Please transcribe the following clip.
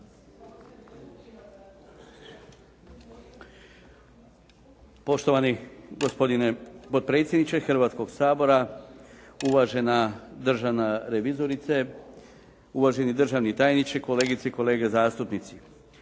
Poštovani gospodine potpredsjedniče Hrvatskog sabora, uvažena državna revizorice, uvaženi državni tajniče, kolegice i kolege zastupnici.